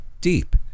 deep